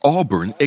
Auburn